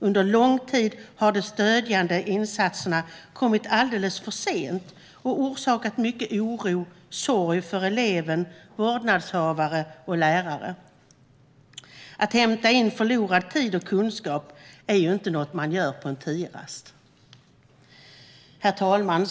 Under lång tid har de stödjande insatserna kommit alldeles för sent, vilket har orsakat mycket oro och sorg för elever, vårdnadshavare och lärare. Att hämta in förlorad tid och kunskap är inte något man gör på en terast. Herr talman!